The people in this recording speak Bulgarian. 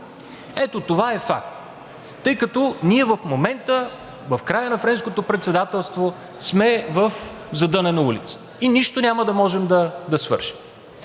Ето това е факт, тъй като ние в момента в края на Френското председателство сме в задънена улица и нищо няма да можем да свършим,